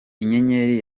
inyenyeri